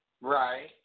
Right